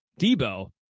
Debo